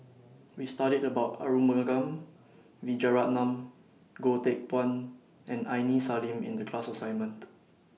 We studied about Arumugam Vijiaratnam Goh Teck Phuan and Aini Salim in The class assignment